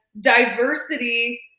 diversity